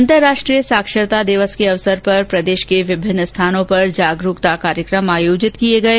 अंतर्राष्ट्रीय साक्षरता दिवस कर्क मौके पर प्रदेश के विभिन्न स्थानों पर जागरुकता कार्यक्रम आयोजित किये गये